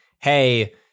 hey